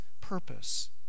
purpose